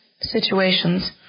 situations